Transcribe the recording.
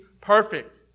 perfect